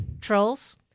Trolls